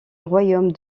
royaume